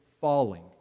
falling